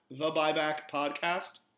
TheBuybackPodcast